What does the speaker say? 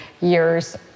years